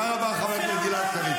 זה לא יפה מה שעושים לה,